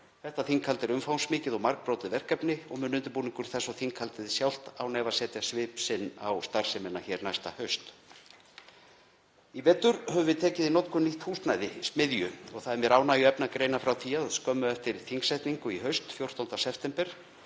Þetta þinghald er umfangsmikið og margbrotið verkefni og mun undirbúningur þess og þinghaldið sjálft án efa setja svip sinn á starfsemina hér næsta haust. Í vetur höfum við tekið í notkun nýtt húsnæði, Smiðju, og það er mér ánægjuefni að greina frá því að skömmu eftir þingsetningu í haust, 14. september,